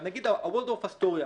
אבל נניח מלון "וולדורף אסטוריה",